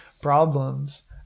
problems